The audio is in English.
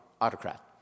autocrat